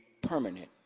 permanent